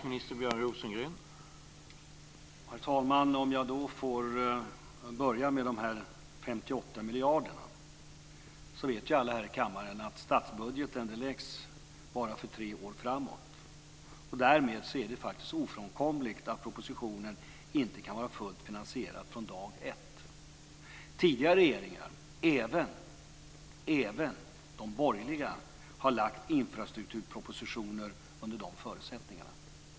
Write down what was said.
Herr talman! Låt mig börja med de 58 miljarderna. Alla här i kammaren vet att statsbudgeten bara läggs för tre år framåt. Därmed är det faktiskt ofrånkomligt att propositionen inte kan vara fullt finansierad från dag 1. Tidigare regeringar, även de borgerliga, har lagt fram infrastrukturpropositioner under de förutsättningarna.